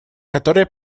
которое